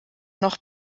noch